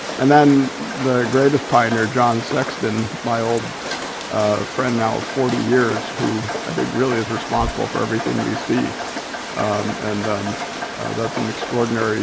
and then the greatest pioneer john sexton, my old friend now of forty years who i think really is responsible for everything we see and that's an extraordinary